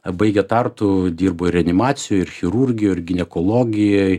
baigę tartu dirbo reanimacijoj ir chirurgijoj ir ginekologijoj